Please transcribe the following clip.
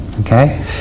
Okay